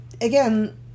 again